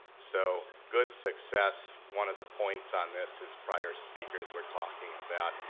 so good success, one of the points on this, as prior speakers were talking about,